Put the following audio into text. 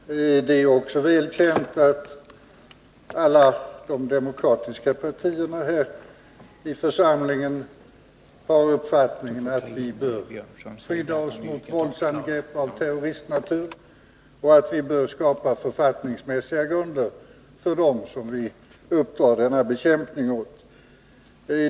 Herr talman! Det är också väl känt att alla de demokratiska partierna här i församlingen har uppfattningen att vi bör skydda oss mot våldsangrepp av terroristnatur, och att vi bör skapa författningsmässiga grunder för dem som vi uppdrar denna bekämpning åt.